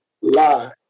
lie